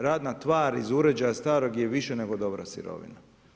Radna tvar iz uređaja starog je više nego dobra sirovina.